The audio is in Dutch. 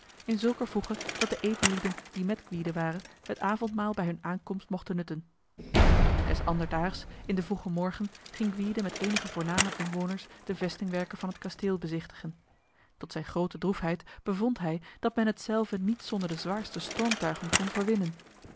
in zulker voege dat de edellieden die met gwyde waren het avondmaal bij hun aankomst mochten nutten des anderdaags in de vroege morgen ging gwyde met enige voorname inwoners de vestingwerken van het kasteel bezichtigen tot zijn grote droefheid bevond hij dat men hetzelve niet zonder de zwaarste stormtuigen kon verwinnen